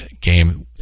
game